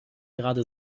gerade